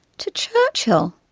to churchill,